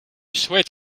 souhaite